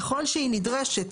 ככל שהיא נדרשת,